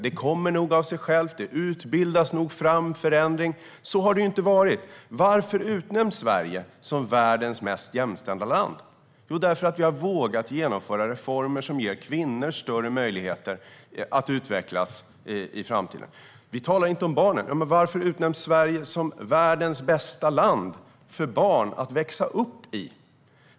Det kommer nog av sig självt. Det utbildas nog fram en förändring." Så har det inte varit. Varför utnämns Sverige till världens mest jämställda land? Jo, därför att vi har vågat genomföra reformer som ger kvinnor större möjligheter att utvecklas i framtiden. Ni säger att vi inte talar om barnen. Varför utnämns då Sverige till världens bästa land för barn att växa upp i?